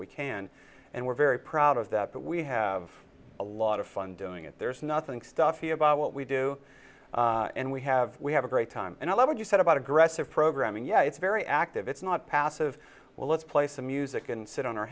we can and we're very proud of that but we have a lot of fun doing it there's nothing stuffy about what we do and we have we have a great time and i love what you said about aggressive programming yeah it's very active it's not passive well let's play some music and sit on